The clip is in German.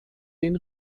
den